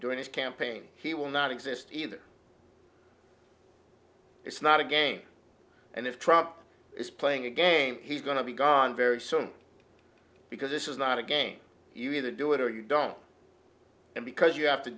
during his campaign he will not exist either it's not a game and if trump is playing a game he's going to be gone very soon because this is not a game you either do it or you don't and because you have to